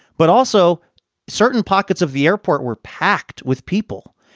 but also certain pockets of the airport were packed with people.